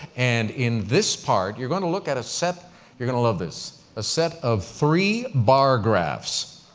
and in this part, you're going to look at a set you're going to love this a set of three bar graphs.